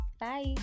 bye